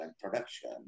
production